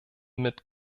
mit